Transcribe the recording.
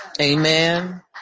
Amen